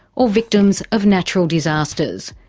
or victims of natural disasters.